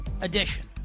edition